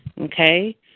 Okay